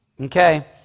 Okay